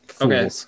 Okay